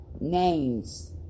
names